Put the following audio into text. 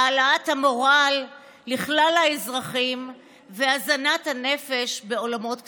העלאת המורל לכלל האזרחים והזנת הנפש בעולמות קסומים.